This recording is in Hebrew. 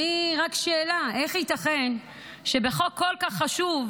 אני, רק שאלה: איך ייתכן שבחוק כל כך חשוב,